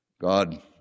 God